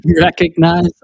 Recognize